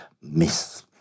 Miss